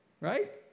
right